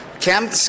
Cam